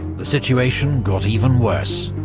the situation got even worse.